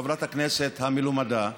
מחברת הכנסת המלומדה והמנומקה,